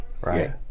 right